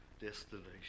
destination